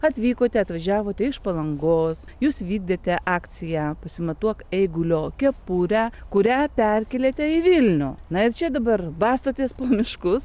atvykote atvažiavote iš palangos jūs vykdėte akciją pasimatuok eigulio kepurę kurią perkėlėte į vilnių na ir čia dabar bastotės po miškus